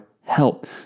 help